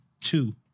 two